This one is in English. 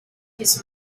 his